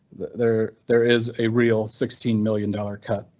there there is a real sixteen million dollars cut.